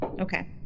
Okay